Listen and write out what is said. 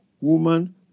woman